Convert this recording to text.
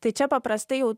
tai čia paprastai jau